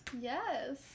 Yes